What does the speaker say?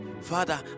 Father